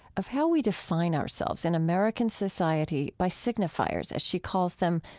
of how we define ourselves in american society by signifiers, she calls them,